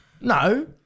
No